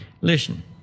Listen